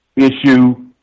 issue